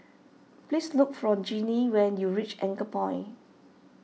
please look for Gennie when you reach Anchorpoint